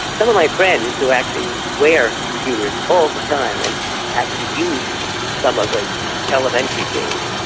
some of my friends who actually wear computers all the time and actually use some of the elementary things,